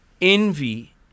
envy